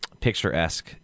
picturesque